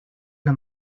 una